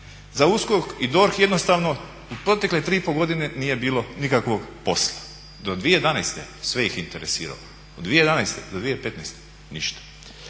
Za USKOK i DORH jednostavno u protekle 3,5 godine nije bilo nikakvog posla. Do 2011. sve ih je interesiralo, od 2011. do 2015. ništa.